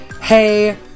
hey